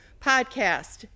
Podcast